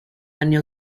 anni